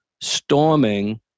storming